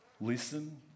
listen